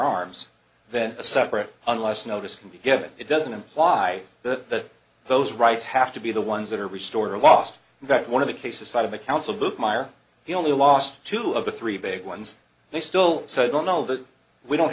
arms then a separate unless notice can be given it doesn't imply that those rights have to be the ones that are restored or lost that one of the cases side of the council booth meyer he only lost two of the three big ones they still don't know that we don't